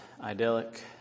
idyllic